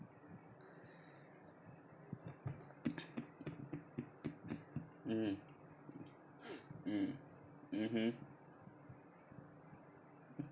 mm mm mmhmm